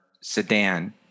sedan